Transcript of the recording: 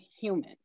human